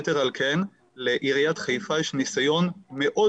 יתר על כן לעיריית חיפה יש ניסיון מאוד